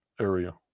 area